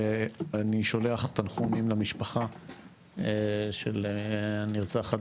אני שולח תנחומים למשפחה של הנרצחת